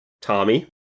Tommy